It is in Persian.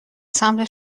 سمت